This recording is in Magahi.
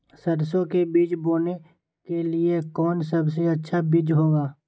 सरसो के बीज बोने के लिए कौन सबसे अच्छा बीज होगा?